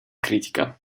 critica